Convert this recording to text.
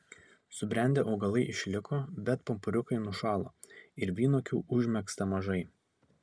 subrendę augalai išliko bet pumpuriukai nušalo ir vynuogių užmegzta mažai